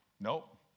Nope